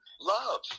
love